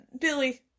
Billy